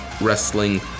wrestling